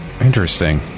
interesting